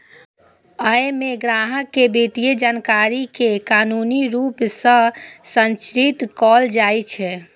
अय मे ग्राहक के वित्तीय जानकारी कें कानूनी रूप सं संरक्षित कैल जाइ छै